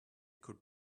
could